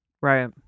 Right